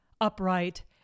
upright